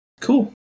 Cool